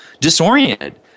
disoriented